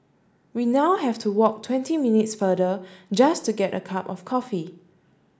we now have to walk twenty minutes farther just to get a cup of coffee